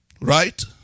Right